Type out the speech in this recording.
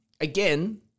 Again